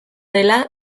dela